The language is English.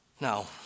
Now